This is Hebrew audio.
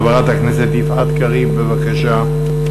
חברת הכנסת יפעת קריב, בבקשה.